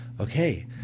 Okay